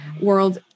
world